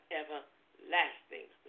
everlasting